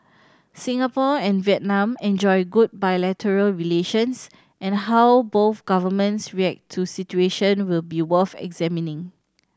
Singapore and Vietnam enjoy good bilateral relations and how both governments react to situation will be worth examining